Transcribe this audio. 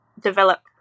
develop